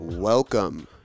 Welcome